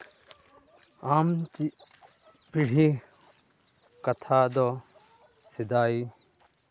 ᱟᱢ ᱪᱮᱫ ᱯᱤᱲᱦᱤ ᱠᱟᱛᱷᱟ ᱫᱚ ᱥᱮᱫᱟᱭ